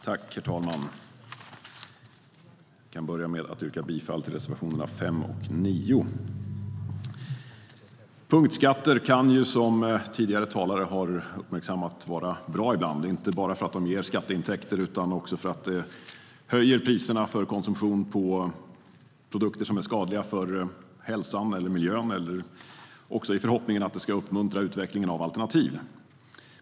Herr talman! Jag vill börja med att yrka bifall till reservationerna 5 och 9. Punktskatter kan, som tidigare talare har uppmärksammat, vara bra ibland. Inte bara för att de ger skatteintäkter, utan även för att det höjer priserna för konsumtion av produkter som är skadliga för hälsan eller miljön. Det kan också handla om en förhoppning om att detta ska uppmuntra utvecklingen av alternativ.